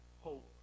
hope